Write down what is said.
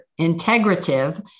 integrative